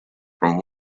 from